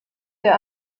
der